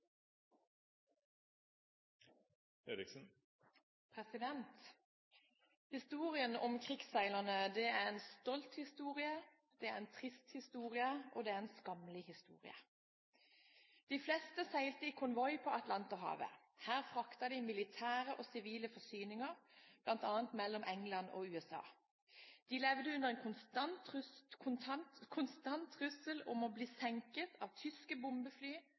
en stolt historie, det er en trist historie, og det er en skammelig historie. De fleste seilte i konvoi på Atlanterhavet. Her fraktet de militære og sivile forsyninger, bl.a. mellom England og USA. De levde under konstant trussel om å bli senket av tyske bombefly,